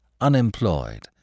unemployed